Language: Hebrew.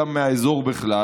גם מהאזור בכלל,